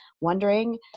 wondering